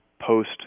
post